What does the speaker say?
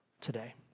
today